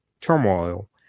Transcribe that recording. turmoil